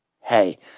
hey